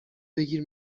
بگیر